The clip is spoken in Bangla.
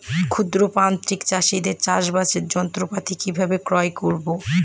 ক্ষুদ্র প্রান্তিক চাষীদের চাষাবাদের যন্ত্রপাতি কিভাবে ক্রয় করব?